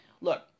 Look